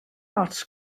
ots